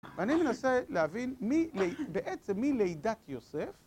אנוי מנסה להבין בעצם מלידת יוסף